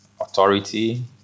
Authority